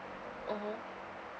mmhmm